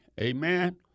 Amen